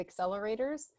accelerators